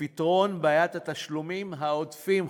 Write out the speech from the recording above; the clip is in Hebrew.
ופתרון בעיית התשלומים העודפים,